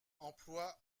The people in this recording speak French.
emploi